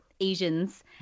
asians